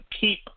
keep